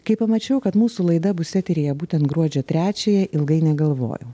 kai pamačiau kad mūsų laida bus eteryje būtent gruodžio trečiąją ilgai negalvojau